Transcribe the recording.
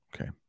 okay